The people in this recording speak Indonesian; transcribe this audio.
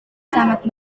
sangat